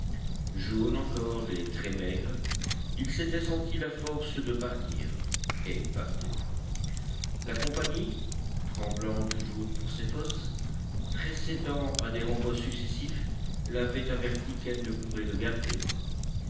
jaune encore et très maigre il s'était senti la force de partir et il partait la compagnie tremblant toujours pour ses fosses procédant à des renvois successifs l'avait averti qu'elle ne pourrait le garder